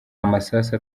amasasu